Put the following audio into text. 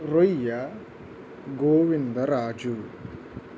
రొయ్య గోవిందరాజు